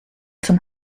zum